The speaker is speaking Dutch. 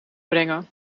brengen